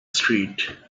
street